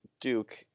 Duke